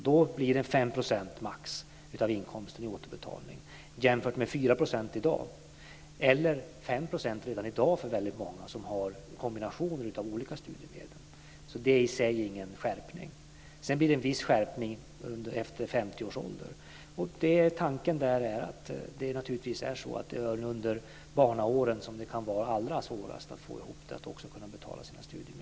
Då blir det maximalt 5 % av inkomsten i återbetalning jämfört med 4 % i dag, eller 5 % redan i dag för många som har kombinationer av olika studiemedel. Det är i sig ingen skärpning. Det blir en viss skärpning efter 50 årsåldern. Tanken är att det under barnåren kan vara allra svårast att få ihop det och kunna betala sina studiemedel.